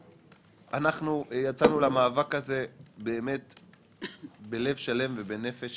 יצאנו למאבק הזה באמת בלב שלם ובנפש